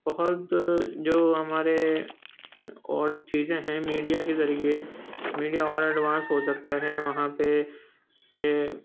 بہت جو جو ہمارے اور چیزیں ہیں میڈیا کے ذریعے میڈیا والے ایڈوانس ہو سکتے ہے وہاں پہ کہ